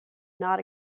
not